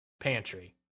pantry